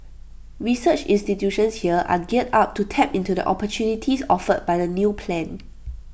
research institutions here are geared up to tap into the opportunities offered by the new plan